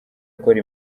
akora